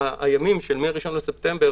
שהימים מה-1 בספטמבר